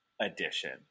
Edition